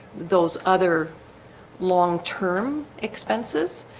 those other long-term expenses